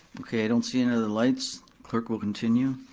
okay, i don't see any other lights, clerk will continue.